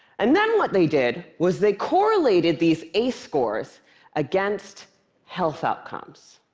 and then what they did was they correlated these ace scores against health outcomes.